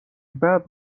ببر